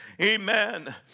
Amen